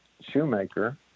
Shoemaker